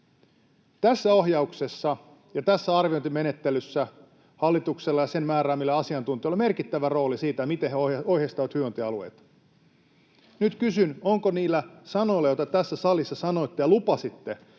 Tässä ohjauksessa ja tässä arviointimenettelyssä hallituksella ja sen määräämillä asiantuntijoilla on merkittävä rooli siinä, miten he ohjeistavat hyvinvointialueita. Nyt kysyn niistä sanoista, joita tässä salissa sanoitte ja joilla lupasitte,